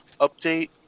update